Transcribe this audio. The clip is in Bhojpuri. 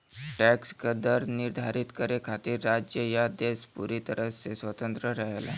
टैक्स क दर निर्धारित करे खातिर राज्य या देश पूरी तरह से स्वतंत्र रहेला